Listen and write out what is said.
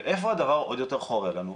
ואיפה הדבר עוד יותר חורה לנו?